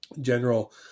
General